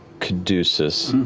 caduceus,